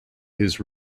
his